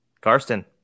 Karsten